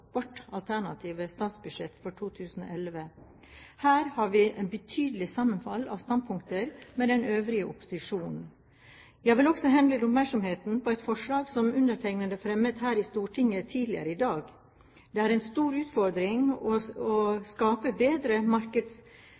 vårt alternative statsbudsjett for 2011. Her er det et betydelig sammenfall av standpunkter med den øvrige opposisjonen. Jeg vil også henlede oppmerksomheten på et forslag som jeg fremmet her i Stortinget tidligere i dag. Det er en stor utfordring å skape bedre markedsbaserte muligheter for å